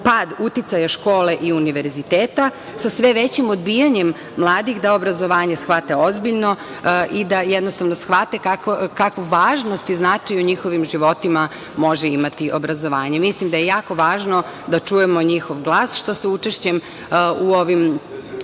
pad uticaja škole i univerziteta, sa sve većim odbijanjem mladih da obrazovanje shvate ozbiljno i da jednostavno shvate kakvu važnost i značaj u njihovim životima može imati obrazovanje. Mislim da je jako važno da čujemo njihov glas, što se učešćem u ovim